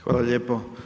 Hvala lijepo.